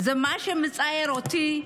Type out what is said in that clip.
זה מה שמצער אותי.